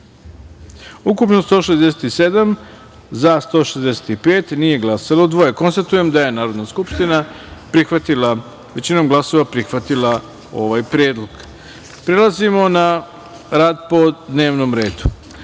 ukupno - 167, za – 165, nije glasalo - dvoje. Konstatujem da je Narodna skupština većinom glasova prihvatila ovaj predlog. Prelazimo na rad po dnevnom